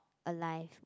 alive